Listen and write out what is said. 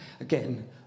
Again